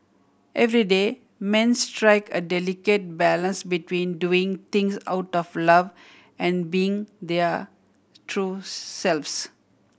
everyday men strike a delicate balance between doing things out of love and being their true selves